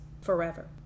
forever